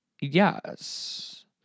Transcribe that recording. Yes